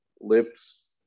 lips